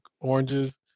oranges